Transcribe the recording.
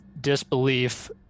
disbelief